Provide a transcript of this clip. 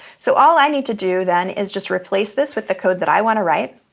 so all i need to do then is just replace this with the code that i want to write.